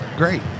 great